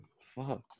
Fuck